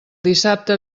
dissabte